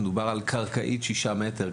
מדובר על קרקעית של שישה מטר,